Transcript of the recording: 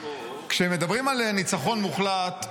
כשמדברים על ניצחון מוחלט,